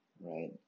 right